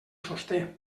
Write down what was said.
sosté